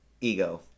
ego